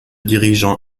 dirigeants